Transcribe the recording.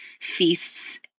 feasts